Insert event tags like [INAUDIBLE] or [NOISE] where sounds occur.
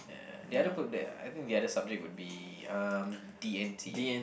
the other [NOISE] I think the other subject would be um D and T